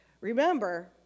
Remember